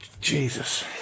Jesus